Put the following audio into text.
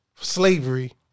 Slavery